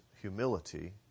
humility